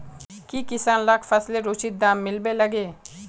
की किसान लाक फसलेर उचित दाम मिलबे लगे?